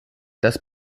das